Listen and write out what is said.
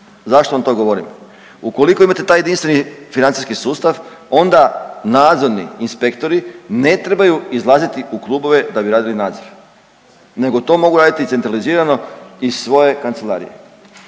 Zašto vam to govorim? Ukoliko imate taj jedinstveni financijski sustav onda nadzorni inspektori ne trebaju izlaziti u klubove da bi radili nadzor nego to mogu raditi centralizirano iz svoje kancelarije